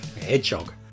hedgehog